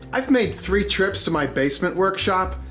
i've made three trips to my basement workshop.